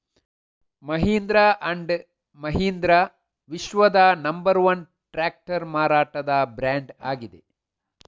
Mahindra and Mahindra ವಿಶ್ವದ number one tractor ಮಾರಾಟದ brand ಆಗಿದೆ